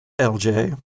LJ